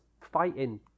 fighting